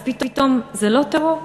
אז פתאום זה לא טרור?